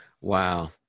Wow